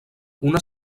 una